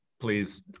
please